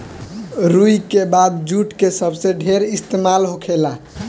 रुई के बाद जुट के सबसे ढेर इस्तेमाल होखेला